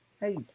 Hey